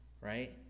right